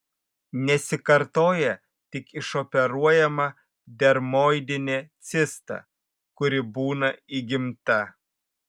nesikartoja tik išoperuojama dermoidinė cista kuri būna įgimta